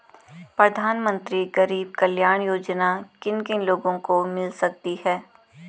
प्रधानमंत्री गरीब कल्याण योजना किन किन लोगों को मिल सकती है?